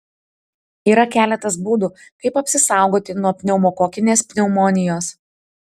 yra keletas būdų kaip apsisaugoti nuo pneumokokinės pneumonijos